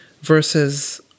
versus